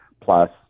plus